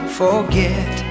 forget